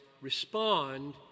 respond